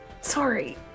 Sorry